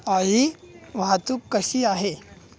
आई वाहतूक कशी आहे